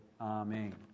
Amen